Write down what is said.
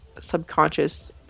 subconscious